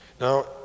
now